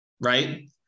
Right